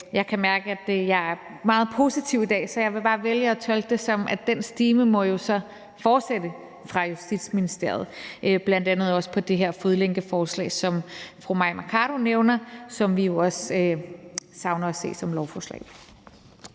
Jeg kan mærke, at jeg er meget positiv i dag, så jeg vil bare vælge at tolke det, som om den stime vil fortsætte fra Justitsministeriets side, bl.a. også i forhold til det her fodlænkeforslag, som fru Mai Mercado nævnte, og som vi jo også savner at se som lovforslag.